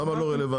למה לא רלוונטי?